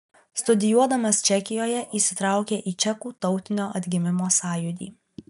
studijuodamas čekijoje įsitraukė į čekų tautinio atgimimo sąjūdį